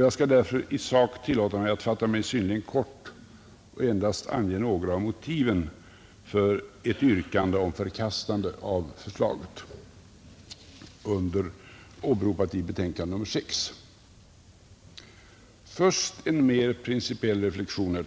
Jag skall med hänvisning härtill i sak tillåta mig att fatta mig synnerligen kort och skall endast ange några av motiven för ett yrkande om förkastande av det förslag som är åberopat i betänkandet nr 6. Först en mer principiell reflexion.